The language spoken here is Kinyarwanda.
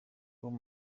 com